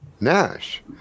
Nash